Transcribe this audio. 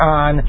on